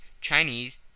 Chinese